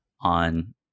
on